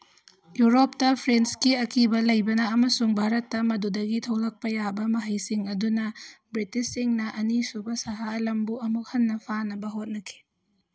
ꯌꯨꯔꯣꯞꯇ ꯐ꯭ꯔꯦꯟꯁꯀꯤ ꯑꯀꯤꯕ ꯂꯩꯕꯅ ꯑꯃꯁꯨꯡ ꯚꯥꯔꯠꯇ ꯃꯗꯨꯗꯒꯤ ꯊꯣꯛꯂꯛꯄ ꯌꯥꯕ ꯃꯍꯩꯁꯤꯡ ꯑꯗꯨꯅ ꯕ꯭ꯔꯤꯇꯤꯁꯁꯤꯡꯅ ꯑꯅꯤꯁꯨꯕ ꯁꯍꯥ ꯑꯂꯝꯕꯨ ꯑꯃꯨꯛ ꯍꯟꯅ ꯐꯥꯅꯕ ꯍꯣꯠꯅꯈꯤ